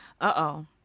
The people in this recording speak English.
uh-oh